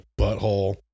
butthole